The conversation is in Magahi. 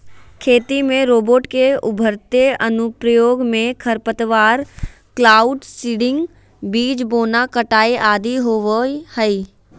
खेती में रोबोट के उभरते अनुप्रयोग मे खरपतवार, क्लाउड सीडिंग, बीज बोना, कटाई आदि होवई हई